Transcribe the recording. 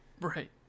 right